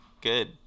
good